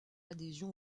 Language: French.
adhésion